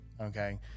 Okay